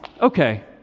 okay